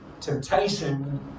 Temptation